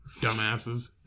Dumbasses